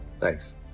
Thanks